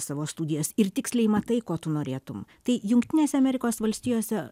savo studijas ir tiksliai matai ko tu norėtum tai jungtinėse amerikos valstijose